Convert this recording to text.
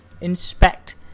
inspect